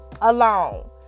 alone